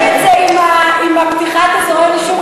אתה מערבב את זה עם פתיחת אזורי רישום,